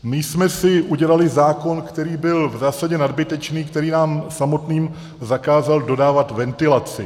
My jsme si udělali zákon, který byl v zásadě nadbytečný, který nám samotným zakázal dodávat ventilaci.